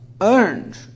earned